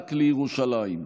רק לירושלים.